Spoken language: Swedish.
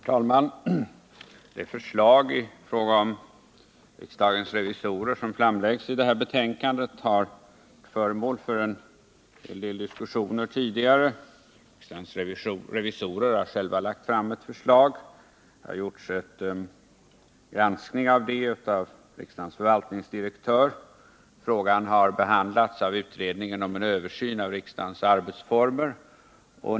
Herr talman! Det förslag i fråga om riksdagens revisorer som framläggs i detta betänkande har tidigare varit föremål för en del diskussioner. Riksdagens revisorer har själva lagt fram ett förslag, som har granskats av riksdagens förvaltningsdirektör. Frågan har behandlats av utredningen för en översyn av riksdagens arbetsformer.